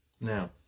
Now